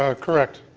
ah correct.